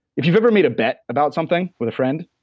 if you've ever made a bet about something with a friend,